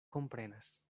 komprenas